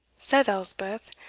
said elspeth,